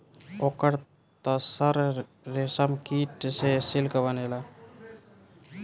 ओकर तसर रेशमकीट से सिल्क बनेला